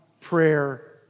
prayer